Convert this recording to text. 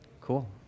cool